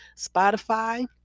Spotify